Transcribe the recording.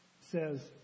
says